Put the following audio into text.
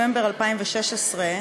נובמבר 2016,